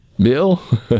Bill